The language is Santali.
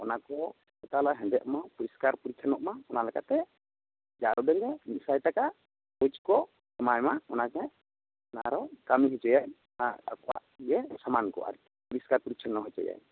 ᱚᱱᱟ ᱠᱚ ᱟᱞᱚ ᱦᱮᱸᱫᱮᱜ ᱢᱟ ᱯᱚᱨᱤᱥᱠᱟᱨ ᱯᱚᱨᱤᱪᱪᱷᱚᱱᱱᱚ ᱢᱟ ᱚᱱᱟ ᱞᱮᱠᱟᱛᱮ ᱡᱟ ᱩᱰᱟᱹᱝ ᱜᱟᱱ ᱢᱤᱫ ᱥᱟᱭ ᱴᱟᱠᱟ ᱠᱳᱪ ᱠᱚ ᱮᱢᱟᱭ ᱢᱟ ᱚᱱᱟ ᱜᱮ ᱚᱱᱟ ᱟᱨᱚ ᱠᱟᱹᱢᱤ ᱚᱪᱚᱭᱟ ᱚᱠᱚᱣᱟᱜ ᱜᱮ ᱥᱟᱢᱟᱱ ᱠᱚ ᱟᱨᱠᱤ ᱯᱚᱨᱤᱥᱠᱟᱨ ᱯᱚᱨᱤᱪᱪᱷᱚᱱᱱᱚ ᱚᱪᱚᱭᱟ